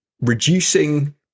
reducing